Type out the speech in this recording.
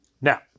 Now